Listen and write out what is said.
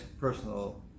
personal